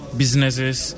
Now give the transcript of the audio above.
businesses